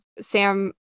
sam